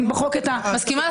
נכון.